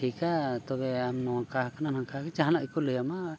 ᱴᱷᱤᱠᱟ ᱛᱚᱵᱮ ᱟᱢ ᱱᱚᱝᱠᱟ ᱠᱟᱱᱟ ᱦᱟᱱᱠᱟ ᱟᱠᱟᱠᱟᱱᱟ ᱡᱟᱦᱟᱱᱟᱜ ᱜᱮᱠᱚ ᱞᱟᱹᱭᱟᱢᱟ